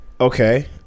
Okay